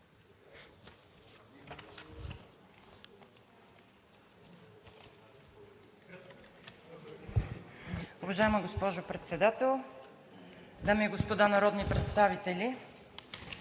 Уважаема госпожо Председател, уважаеми дами господа народни представители!